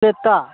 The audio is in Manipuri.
ꯄ꯭ꯂꯦꯠꯇ